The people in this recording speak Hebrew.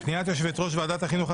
פניית יושבת ראש ועדת החינוך,